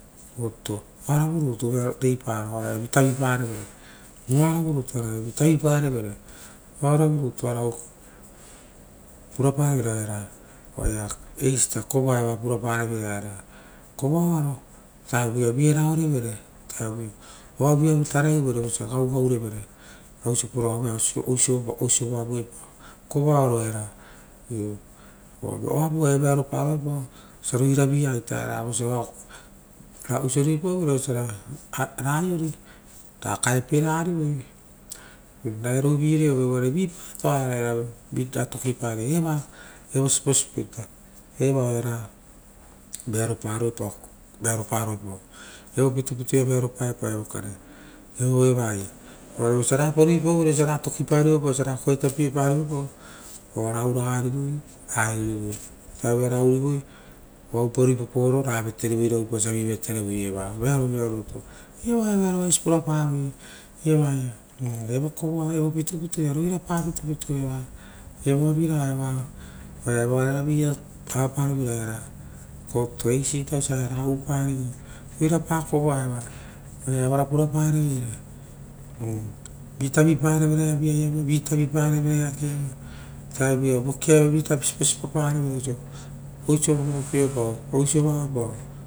Oaravu rutu reipara oara iava vita vi parevere, oaravu rutu oara iava vi taviparevere oaravu rutu oara puraparevere, oaia eisi ita kovoa era oa purapareveira era, ovoa oaro oa ovutavu ia vi eraorevere, ovuta vuia oavuia tavaiuvere vosia gaugaureve raoisio purau aveao oisivuavuepao. Kovo ao aro eva, uva oavu oara veanopa roepao, vosia reraviaita era, vosia ru i-pauvere oisio ra rera vaiori rakaepieragari voi, rairou vi reovevere uvare vi uvare vitatokitoaroa eva vita tokipare, eva evo siposi po ita. Eva oia vearoparoepa, vearoparoepa, evo pitupitu ia ita vearopaepao ita evo kare, evo eraia. Uva vosia rapa ruipaurere osia rera tokipari vopa osia ra koetapie pariropao uva ra uragarivoi ra aiori voi. Ovutarovuia rera ouriroi oavupa ruipapaoro vava terivoi iravupa osia vivatere eva. Vearovira rutu, eva ia vearovaisi purapavoi evaia, eva evo kovo, evo pitupitu iau, roira pa pitupitu eva, evoa viraga eva, oaia evaravi ia avaparoveira era kokotuto. Eisita osia ra upariveira, roirapa kovoa era, oia erara purapareveira, vi taviparevere avia iava vi taviparevere eake iava, ovutarovu iava vokia iava tapo vi siposipo parevere oisio, osio vovokioepao.